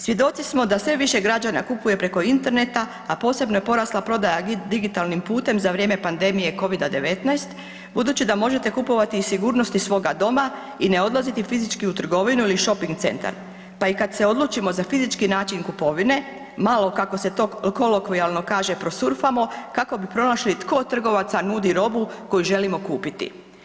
Svjedoci smo da sve više građana kupuju preko interneta a posebno je porasla prodaja digitalnim putem za vrijeme pandemije COVID-a 19 budući da možete kupovati iz sigurnosti svoga doma i ne odlaziti fizički u trgovinu ili shopping centar pa i kad se odlučimo za fizički način kupovine, malo kako se to kolokvijalno kaže prosurfamo kako bi pronašli tko od trgovaca nudi robu koju želimo kupiti.